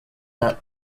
that